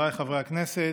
חבריי חברי הכנסת,